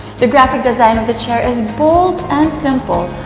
the graphic design of the chair is bold and simple,